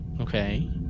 Okay